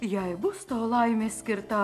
jei bus tau laimė skirta